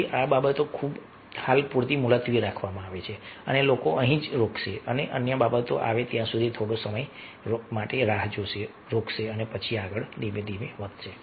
તેથી આ બાબતો હાલ પુરતી મુલતવી રાખવામાં આવી છે અને લોકો અહીં જ રોકાશે અને અન્ય બાબતો આવે ત્યાં સુધી થોડો સમય રોકાશે અને પછી આગળ વધશે